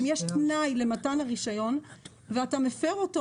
שאם יש תנאי למתן הרישיון ואתה מפר אותו